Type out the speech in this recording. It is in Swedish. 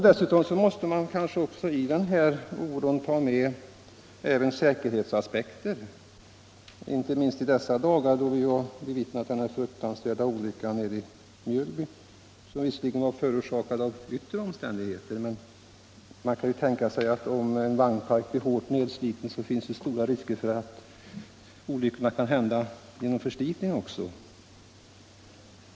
Dessutom måste man kanske i den här oron ta med även säkerhetsaspekter, inte minst i dessa dagar då vi har bevittnat den fruktansvärda olyckan i Mjölby. Den var visserligen förorsakad av yttre omständigheter, men man kan ju tänka sig att det, om en vagnpark blir hårt nedsliten, finns stora risker för att olyckor kan hända på grund av förslitning också.